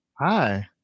Hi